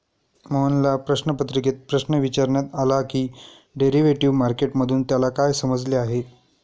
मोहनला प्रश्नपत्रिकेत प्रश्न विचारण्यात आला की डेरिव्हेटिव्ह मार्केट मधून त्याला काय समजले आहे?